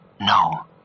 No